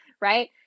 right